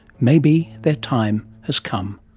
maybe their time has come.